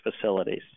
facilities